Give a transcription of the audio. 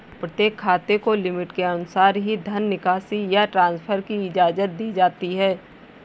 प्रत्येक खाते को लिमिट के अनुसार ही धन निकासी या ट्रांसफर की इजाजत दी जाती है